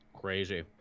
crazy